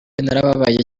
narababaye